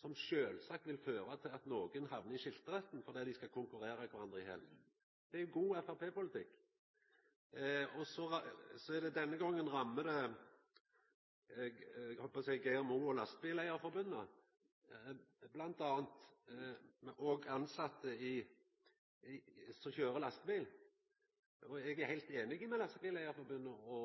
som sjølvsagt vil føra til at nokon hamnar i skifteretten fordi dei skal konkurrera kvarandre i hel. Det er god framstegspartipolitikk. Denne gongen rammar det – eg hadde nær sagt – bl.a. Geir Mo og Lastebileigarforbundet, og tilsette som køyrer lastebil. Eg er heilt einig med Lastebileigarforbundet og